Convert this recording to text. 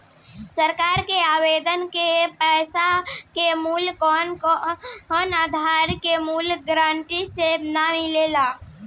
सरकार के आदेश के पैसा के मूल्य कौनो अंदर के मूल्य गारंटी से ना मिलेला